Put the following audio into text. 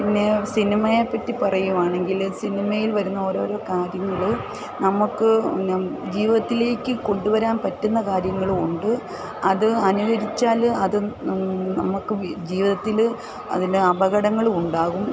പിന്നെ സിനിമയെപ്പറ്റി പറയുകയാണെങ്കിൽ സിനിമയിൽ വരുന്ന ഓരോരോ കാര്യങ്ങൾ നമുക്ക് ജീവിതത്തിലേക്ക് കൊണ്ടുവരാൻ പറ്റുന്ന കാര്യങ്ങളും ഉണ്ട് അത് അനുകരിച്ചാൽ അത് നമുക്ക് ജീവിതത്തിൽ അതിൻ്റെ അപകടങ്ങൾ ഉണ്ടാകും